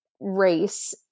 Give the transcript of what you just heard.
race